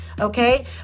okay